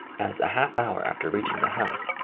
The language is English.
as, a half-hour after reaching the house,